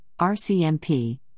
RCMP